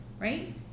right